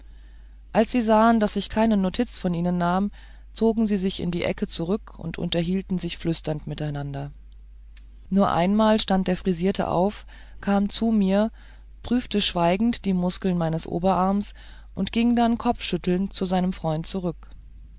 als sie sahen daß ich keine notiz von ihnen nahm zogen sie sich in die ecke zurück und unterhielten sich flüsternd miteinander nur einmal stand der frisierte auf kam zu mir prüfte schweigend die muskeln meines oberarms und ging dann kopfschüttelnd zu seinem freund zurück